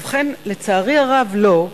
ובכן, לצערי הרב, לא.